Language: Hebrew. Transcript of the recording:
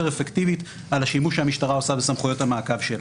אפקטיבית על השימוש שהמשטרה עושה בסמכויות המעקב שלה.